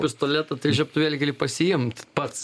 pistoletą tai žiebtuvėlį gali pasiimt pats